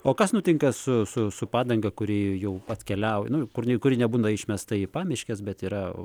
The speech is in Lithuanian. o kas nutinka su su su padanga kuri jau atkeliauja nu kur kuri nebūna išmesta į pamiškes bet yra